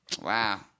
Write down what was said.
Wow